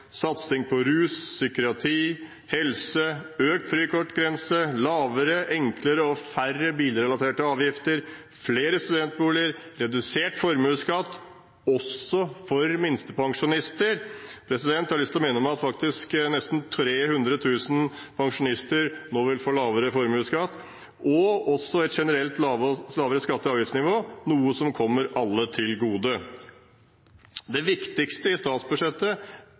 satsing på rus, psykiatri, helse, økt frikortgrense, lavere, enklere og færre bilrelaterte avgifter, flere studentboliger, redusert formuesskatt, også for minstepensjonister – jeg har lyst til å minne om at nesten 300 000 pensjonister nå vil få lavere formuesskatt og generelt et lavere skatte- og avgiftsnivå, noe som kommer alle til gode. Det viktigste i statsbudsjettet